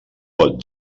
pot